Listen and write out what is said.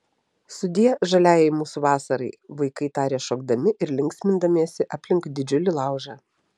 sudie žaliajai mūsų vasarai vaikai tarė šokdami ir linksmindamiesi aplink didžiulį laužą